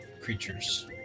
creatures